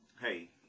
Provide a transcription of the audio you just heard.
hey